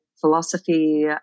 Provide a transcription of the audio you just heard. philosophy